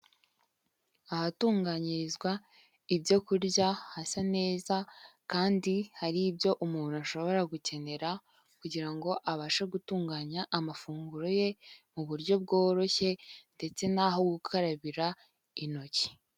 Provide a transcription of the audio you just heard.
Ahatunganyirizwa ibyo kurya hasa neza kandi hari ibyo umuntu ashobora gukenera kugira ngo abashe gutunganya amafunguro ye mu buryo bworoshye ndetse n'aho gukarabira intoki.